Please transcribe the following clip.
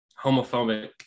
homophobic